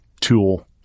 tool